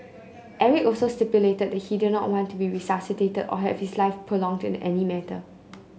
Eric also stipulated that he did not want to be resuscitated or have his life prolonged in any manner